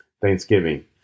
Thanksgiving